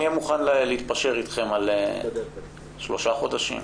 אני אהיה מוכן להתפשר אתכם על שלושה חודשים.